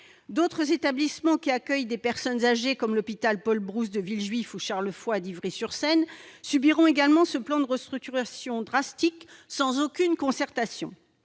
D'autres établissements qui accueillent des personnes âgées, comme l'hôpital Paul-Brousse de Villejuif ou l'hôpital Charles-Foix d'Ivry-sur-Seine, subiront également ce plan de restructuration drastique mené sans aucune concertation.